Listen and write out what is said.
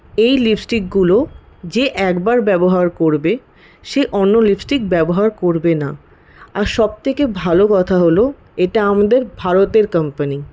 এই লিপস্টিকগুলো যে একবার ব্যবহার করবে সে অন্য লিপস্টিক ব্যবহার করবে না আর সবথেকে ভালো কথা হলো এটা আমাদের ভারতের কোম্পানি